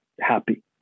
happy